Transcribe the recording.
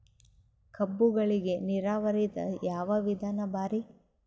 ಕಬ್ಬುಗಳಿಗಿ ನೀರಾವರಿದ ಯಾವ ವಿಧಾನ ಭಾರಿ?